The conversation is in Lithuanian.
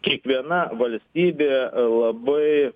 kiekviena valstybė labai